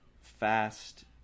fast